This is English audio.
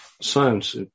science